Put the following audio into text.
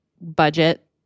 budget